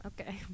Okay